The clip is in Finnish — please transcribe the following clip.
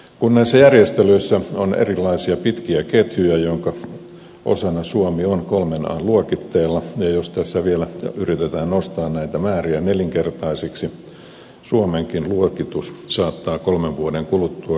kun näissä järjestelyissä on erilaisia pitkiä ketjuja joiden osana suomi on kolmen an luokitteella ja jos tässä vielä yritetään nostaa näitä määriä nelinkertaisiksi suomenkin luokitus saattaa kolmen vuoden kuluttua laskea